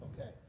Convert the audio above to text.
Okay